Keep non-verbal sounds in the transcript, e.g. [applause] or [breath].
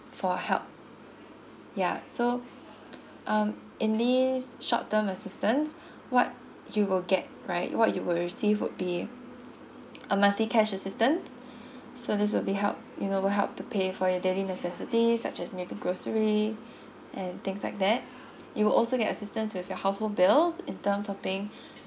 for help ya so um in this short term assistance what you will get right what you will receive would be a monthly cash assistance [breath] so this will be help you know help to pay for your daily necessities such as maybe grocery [breath] and things like that you'll also get assistance with your household bills in terms of paying [breath]